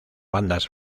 bandas